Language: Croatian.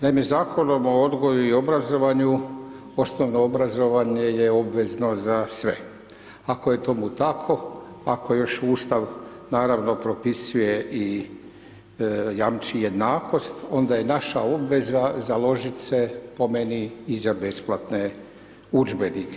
Naime, Zakonom o odgoju i obrazovanju, osnovno obrazovanje je obvezno za sve, ako je tomu tako, ako još Ustav naravno propisuje i jamči jednakost onda je naša obveza založit se po meni i za besplatne udžbenike.